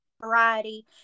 variety